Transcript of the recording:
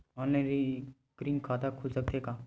Online recurring खाता खुल सकथे का?